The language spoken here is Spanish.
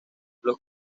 los